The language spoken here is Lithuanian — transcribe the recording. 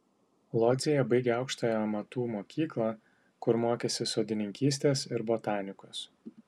lodzėje baigė aukštąją amatų mokyklą kur mokėsi sodininkystės ir botanikos